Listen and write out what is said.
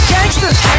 Gangsters